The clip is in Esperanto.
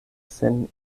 sen